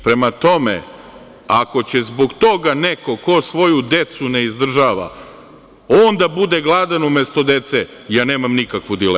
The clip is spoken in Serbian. Prema tome, ako će zbog toga neko ko svoju decu ne izdržava, on da bude gladan umesto dece, ja nemam nikakvu dilemu.